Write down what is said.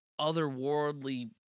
otherworldly